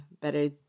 better